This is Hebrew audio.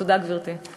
תודה, גברתי.